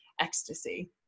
Ecstasy